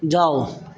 जाउ